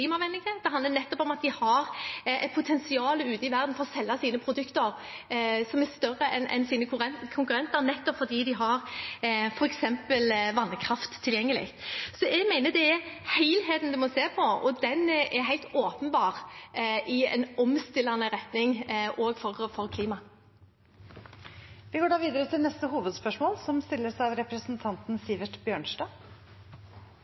Det handler om at de har et potensial ute i verden, som er større enn sine konkurrenters, for å selge sine produkter, nettopp fordi de har f.eks. vannkraft tilgjengelig. Så jeg mener det er helheten en må se på, og den er helt åpenbart i en omstillende retning også for klima. Vi går videre til neste hovedspørsmål. Mitt spørsmål går også til næringsministeren, for store deler av